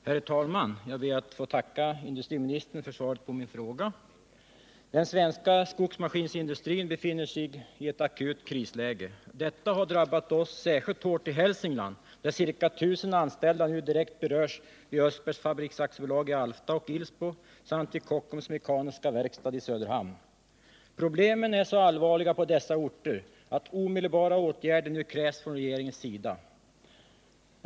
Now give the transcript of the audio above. Herr talman! Jag ber att få tacka industriministern för svaret på min fråga. Den svenska skogsmaskinsindustrin befinner sig i ett akut krisläge. Detta har särskilt hårt drabbat oss i Hälsingland, där ca 1 000 anställda nu direkt berörs vid Östbergs Fabriks AB i Alfta och Ilsbo samt vid Kockums Mekaniska Verkstads AB i Söderhamn. Problemen är så allvarliga på dessa orter att omedelbara åtgärder nu krävs från regeringens sida.